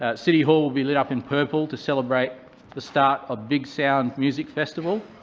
ah city hall will be lit up in purple to celebrate the start of big sound music festival